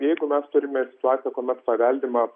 jeigu mes turime situaciją kuomet paveldima